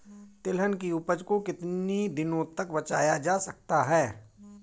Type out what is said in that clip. तिलहन की उपज को कितनी दिनों तक बचाया जा सकता है?